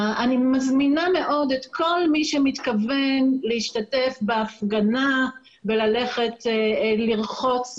אני מזמינה מאוד את כל מי שמתכוון להשתתף בהפגנה וללכת לרחוץ